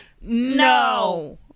No